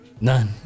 None